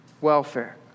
welfare